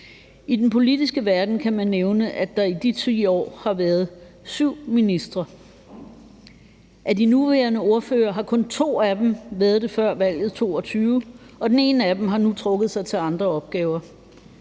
I den politiske verden kan man nævne, at der i de 10 år har været syv ministre, og af de nuværende ordførere har kun to af dem været det før valget i 2022, og den ene af dem har nu trukket sig til andre opgaver.